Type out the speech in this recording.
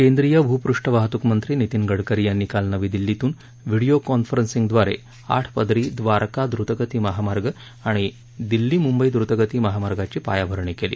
केंद्रीय भूपृष्ठ वाहतूकमंत्री नितीन गडकरी यांनी काल नवी दिल्लीतून व्हिडीओ लिंकद्वारे आठ पदरी द्वारका द्रुतगती महामार्ग आणि दिल्ली मुंबई दुतगती महामार्गाची पायाभरणी केली